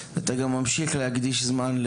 אתה גם ממשיך להקדיש זמן,